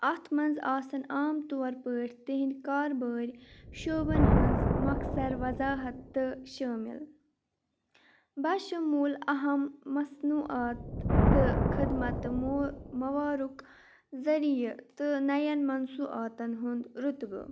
اَتھ منٛز آسَن عام طور پٲٹھۍ تِہِنٛدۍ کاربٲرۍ شعبَن ہٕنٛز مۄخصر وَضاحَتہٕ شٲمِل بشموٗل اَہَم مصنوٗعات تہٕ خدمتہٕ مو موارُک ذٔریعہٕ تہٕ نَیَن منصوٗعاتن ہُنٛد رُتبہٕ